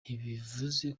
ntibivuze